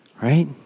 Right